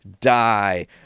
die